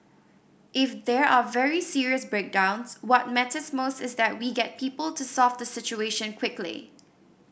if there are very serious breakdowns what matters most is that we get people to solve the situation quickly